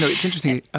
so it's interesting.